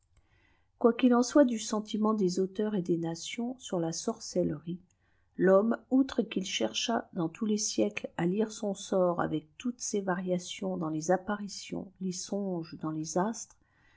quoiqu'il en soit jdu sentiment des auteurs et des nations sur la sorcellerie l'homme outre qu'il chercha dans tous les siècles lîreson sort avec toutes ses variations dans les apparitions les sodijs dans ïés astres